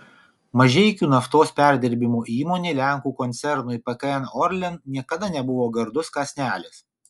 mažeikių naftos perdirbimo įmonė lenkų koncernui pkn orlen niekada nebuvo gardus kąsnelis